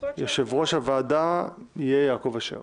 יושב-ראש הוועדה יהיה יעקב אשר.